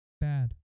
bad